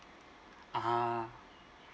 ah